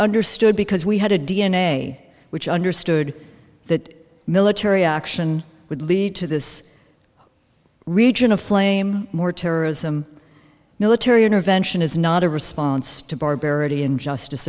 understood because we had a d n a which understood that military action would lead to this region aflame more terrorism military intervention is not a response to barbarity injustice